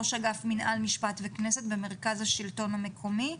ראש אגף מינהל משפט וכנסת במרכז השלטון המקומי.